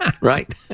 Right